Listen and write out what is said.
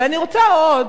אבל אני רוצה עוד